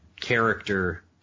character